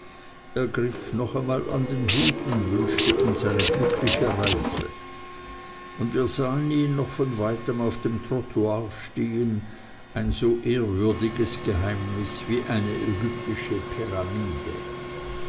griff noch einmal an den hut und wünschte uns glückliche reise und wir sahen ihn noch von weitem auf dem trottoir stehen ein so ehrwürdiges geheimnis wie eine ägyptische pyramide